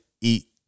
eat